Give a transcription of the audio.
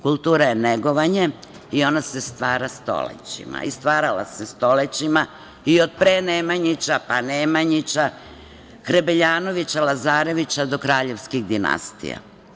Kultura je negovanje i ona se stvara stolećima i stvarala se stolećima, i od pre Nemanjića, pa Nemanjići, Hrebeljanovića, Lazarevića, do kraljevskih dinastija.